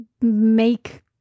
make